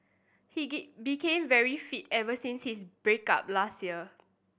he became very fit ever since his break up last year